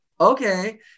okay